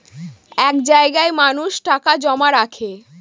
এক জায়গায় মানুষ টাকা জমা রাখে